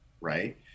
Right